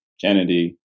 Kennedy